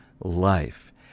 life